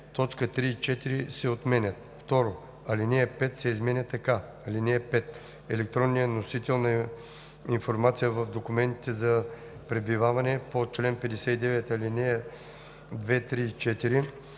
точки 3 и 4 се отменят. 2. Алинея 5 се изменя така: „(5) Електронният носител на информация в документите за пребиваване по чл. 59, ал. 2, 3 и 4